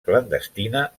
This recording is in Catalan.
clandestina